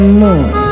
moon